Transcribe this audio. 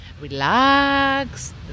relax